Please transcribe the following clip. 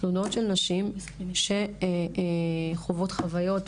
תלונות של נשים שחוות חוויות,